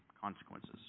consequences